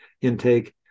intake